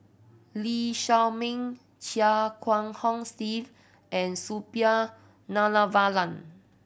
Lee Shao Meng Chia Kiah Hong Steve and Suppiah Dhanabalan